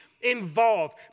involved